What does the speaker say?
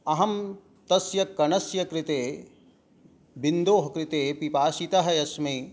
अहं तस्य कणस्य कृते बिन्दोः कृते पिपासितः अस्मि